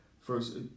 first